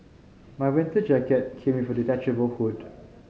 my winter jacket came with a detachable hood